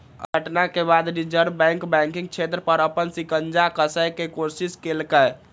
अय घटना के बाद रिजर्व बैंक बैंकिंग क्षेत्र पर अपन शिकंजा कसै के कोशिश केलकै